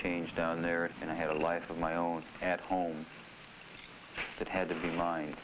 change down there and i had a life of my own at home that had to be m